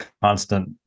constant